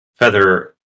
Feather